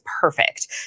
perfect